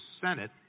Senate